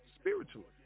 spiritually